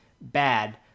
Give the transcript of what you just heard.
bad